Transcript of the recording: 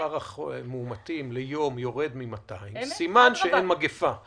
שמספר המאומתים ליום יורד מ-200, סימן שאין מגפה.